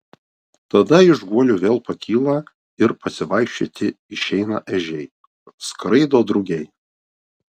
tada iš guolių vėl pakyla ir pasivaikščioti išeina ežiai skraido drugiai